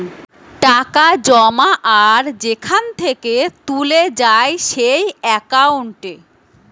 টাকা জমা আর সেখান থেকে তুলে যায় যেই একাউন্টে